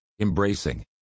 embracing